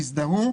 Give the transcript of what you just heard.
יזדהו,